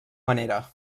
manera